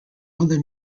other